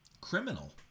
criminal